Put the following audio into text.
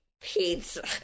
pizza